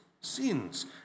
sins